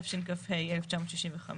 התשכ"ה-1965,